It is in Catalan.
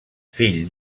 fill